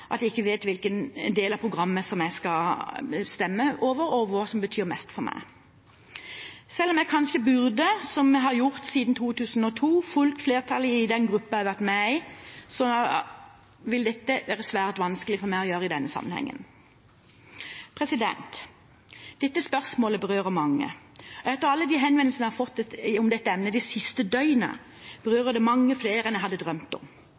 at jeg ikke vet hvilken del av programmet jeg skal stemme over, og hva som betyr mest for meg. Selv om jeg kanskje burde, som jeg har gjort siden 2002, ha fulgt flertallet i den gruppen jeg har vært med i, vil dette være svært vanskelig for meg å gjøre i denne sammenhengen. Dette spørsmålet berører mange. Ut fra alle de henvendelsene jeg har fått om dette emnet det siste døgnet, berører det mange flere enn jeg hadde drømt om.